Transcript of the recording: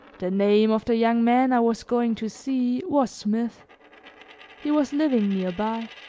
the name of the young man i was going to see was smith he was living near by.